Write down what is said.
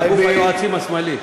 אגף היועצים השמאלי.